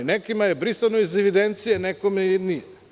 Nekima je brisano iz evidencije, nekome nije.